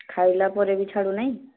ଖାଇଲା ପରେ ବି ଛାଡ଼ୁନାହିଁ